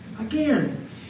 Again